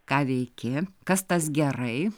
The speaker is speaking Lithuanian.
ką veiki kas tas gerai